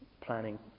planning